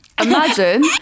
Imagine